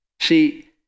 See